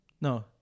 No